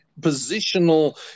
positional